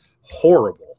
horrible